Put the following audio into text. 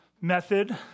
method